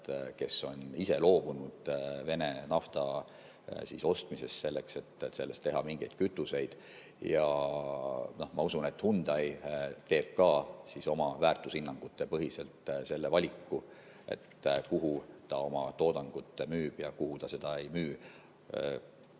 kes on ise loobunud Vene nafta ostmisest selleks, et teha sellest mingeid kütuseid. Ma usun, et Hyundai teeb ka oma väärtushinnangute põhjal valiku, kuhu ta oma toodangut müüb ja kuhu ta seda ei müü.